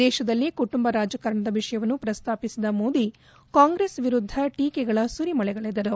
ದೇಶದಲ್ಲಿ ಕುಟುಂಬ ರಾಜಕಾರಣದ ವಿಷಯವನ್ನು ಪ್ರಸ್ತಪಿಸಿದ ಮೋದಿ ಕಾಂಗ್ರೆಸ್ ವಿರುದ್ದ ಟೀಕೆಗಳ ಸುರಿಮಳೆಗರೆದರು